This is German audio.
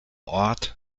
ort